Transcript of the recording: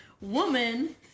woman